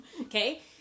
okay